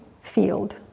field